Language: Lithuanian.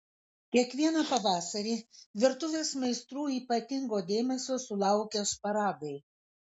kiekvieną pavasarį virtuvės meistrų ypatingo dėmesio sulaukia šparagai